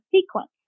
sequence